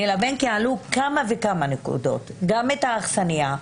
כי עלו כמה וכמה נקודות, גם את האכסניה,